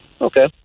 Okay